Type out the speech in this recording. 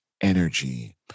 energy